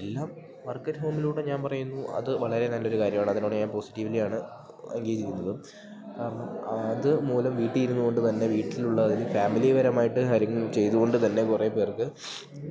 എല്ലാം വർക്കറ്റ് ഹോമിലൂടെ ഞാൻ പറയുന്നു അത് വളരെ നല്ലൊരു കാര്യാണ് അതിനോട് ഞാൻ പോസിറ്റീവ്ലി ആണ് എൻഗേജെയ്യുന്നതും കാരണം അത് മൂലം വീട്ടീരുന്നു കൊണ്ട് തന്നെ വീട്ടിലുള്ള അതായത് ഫാമിലി പരമായിട്ട് കാര്യങ്ങൾ ചെയ്ത് കൊണ്ട് തന്നെ കൊറേ പേർക്ക്